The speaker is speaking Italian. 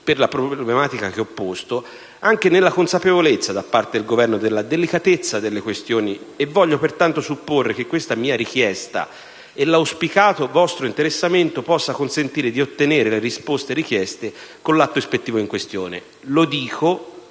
per la problematica che ho posto, anche nella consapevolezza da parte del Governo della delicatezza delle questioni e voglio pertanto supporre che questa mia richiesta e l'auspicato vostro interessamento possano consentire di ottenere le risposte richieste con l'atto ispettivo in questione. Lo dico